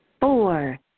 Four